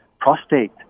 prostate